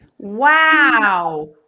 Wow